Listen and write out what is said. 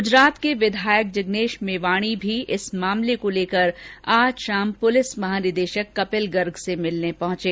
गुजरात के विधायक जिग्नेश मेवाणी भी इस मामले को लेकर आज शाम पुलिस महानिदेशक कपिल गर्ग से मिलने पहुंचे